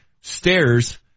stairs